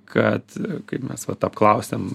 kad kaip mes vat apklausėm